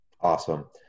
Awesome